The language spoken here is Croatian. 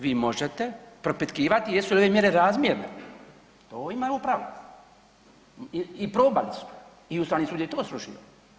Vi možete propitkivati jesu li ove mjere razmjerne, to imaju u pravu i probali su i Ustavni sud je to srušio.